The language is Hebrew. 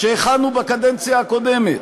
שהכנו בקדנציה הקודמת,